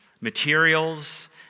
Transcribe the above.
materials